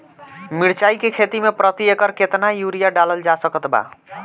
मिरचाई के खेती मे प्रति एकड़ केतना यूरिया डालल जा सकत बा?